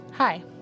Hi